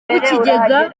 w’ikigega